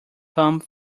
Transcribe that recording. thumb